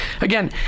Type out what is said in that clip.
again